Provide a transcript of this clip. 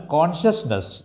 Consciousness